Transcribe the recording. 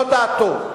זו דעתו.